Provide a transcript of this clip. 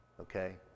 Okay